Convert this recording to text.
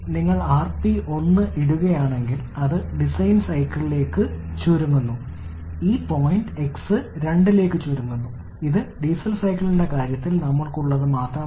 നിങ്ങൾ rp 1 ഇടുകയാണെങ്കിൽ ഇത് ഡീസൽ സൈക്കിളിലേക്ക് കുറയുന്നു rp 1 എന്നതിനർത്ഥം ഈ പോയിന്റ് x പോയിന്റ് 2 ലേക്ക് ചുരുങ്ങുന്നു അതിനാൽ നിങ്ങളുടെ 2 മുതൽ 3 വരികൾ ഇതുപോലെയായിരിക്കും ഇത് ഡീസൽ സൈക്കിളിന്റെ കാര്യത്തിൽ ഞങ്ങൾക്ക് ഉള്ളത് മാത്രമാണ്